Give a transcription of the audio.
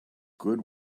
good